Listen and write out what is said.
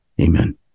Amen